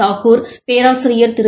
தாக்கூர் பேராசிரியா் திரு